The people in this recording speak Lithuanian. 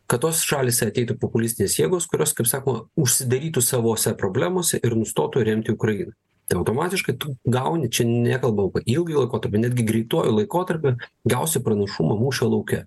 kad tos šalyse ateitų populistinės jėgos kurios kaip sakoma užsidarytų savose problemose ir nustotų remti ukrainą tai automatiškai tu gauni čia nekalbu ilgąjį laikotarpį netgi greituoju laikotarpiu gausi pranašumą mūšio lauke